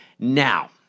Now